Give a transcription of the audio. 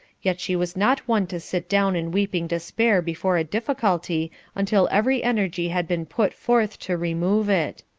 yet she was not one to sit down in weeping despair before a difficulty until every energy had been put forth to remove it.